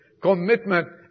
Commitment